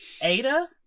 Ada